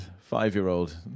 five-year-old